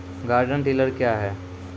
Garden tiller क्या हैं?